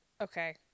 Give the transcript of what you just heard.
okay